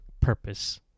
purpose